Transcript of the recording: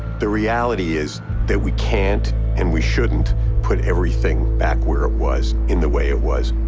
the reality is that we can't and we shouldn't put everything back where it was in the way it was.